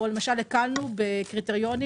או למשל הקלנו בקריטריונים